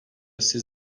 siz